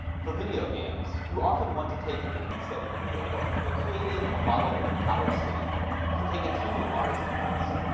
for video games, you often want to take a game and set it in a real world, but creating a model of an entire city can take a team of artists months.